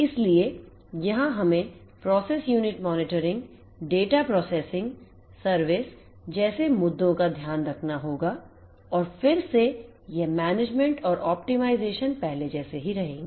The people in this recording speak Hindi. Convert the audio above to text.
इसलिए यहां हमें process unit monitoring data processing service जैसे मुद्दों का ध्यान रखना होगा और फिर से यह मैनेजमेंट और ऑप्टिमाइज़ेशन पहले जैसे ही रहेंगे